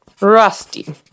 Rusty